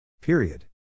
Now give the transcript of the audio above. Period